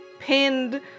Pinned